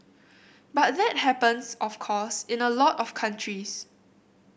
but that happens of course in a lot of countries